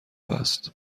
است